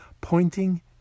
pointing